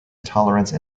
intolerance